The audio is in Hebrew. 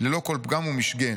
ללא כל פגם ומשגה.